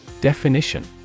Definition